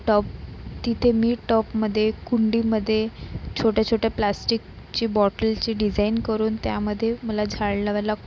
tub तिथे मी टबमध्ये कुंडीमध्ये छोट्या छोट्या प्लास्टिकची बॉटलची डिझाईन करून त्यामध्ये मला झाड लावायला